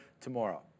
tomorrow